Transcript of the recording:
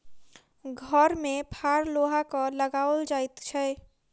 हर मे फार लोहाक लगाओल जाइत छै